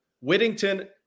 Whittington